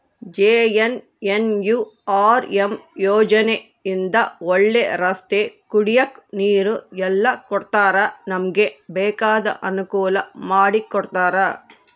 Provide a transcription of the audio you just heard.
JNNURM ಯೋಜನೆ ಇಂದ ಒಳ್ಳೆ ರಸ್ತೆ ಕುಡಿಯಕ್ ನೀರು ಎಲ್ಲ ಕೊಡ್ತಾರ ನಮ್ಗೆ ಬೇಕಾದ ಅನುಕೂಲ ಮಾಡಿಕೊಡ್ತರ